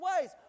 ways